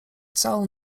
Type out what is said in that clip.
całą